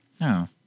No